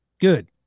good